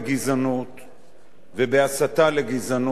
ובהסתה לגזענות הוא דבר חשוב,